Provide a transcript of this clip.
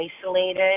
isolated